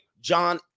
John